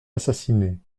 assassinée